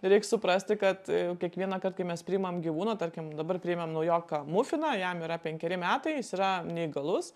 reik suprasti kad kiekvienąkart kai mes priimam gyvūną tarkim dabar priėmėm naujoką mufiną jam yra penkeri metai jis yra neįgalus